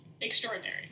extraordinary